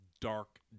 dark